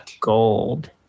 gold